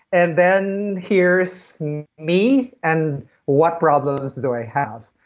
and then here's me, and what problems do i have?